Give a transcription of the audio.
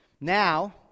Now